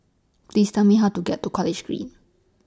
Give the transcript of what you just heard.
Please Tell Me How to get to College Green